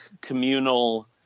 communal